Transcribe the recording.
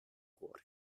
cuore